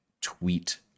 tweet